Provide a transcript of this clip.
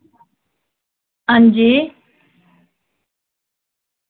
हांजी